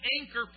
anchor